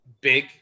big